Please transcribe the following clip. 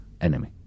enemy